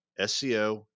SEO